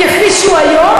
כפי שהיא היום,